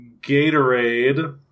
Gatorade